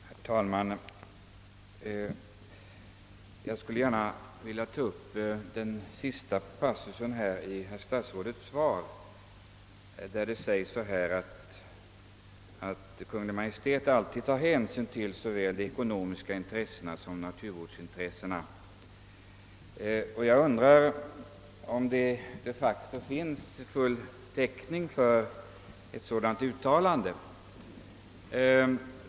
Herr talman! Jag skulle gärna vilja ta upp den sista passusen i herr statsrådets svar, där det sägs att Kungl. Maj:t alltid tar hänsyn till såväl de ekonomiska intressena som naturvårdsintressena. Jag undrar om det de facto finns täckning för ett sådant uttalande.